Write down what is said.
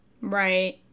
Right